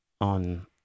on